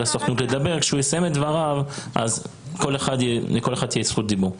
יסיים את דבריו לכל אחד תהיה זכות דיבור.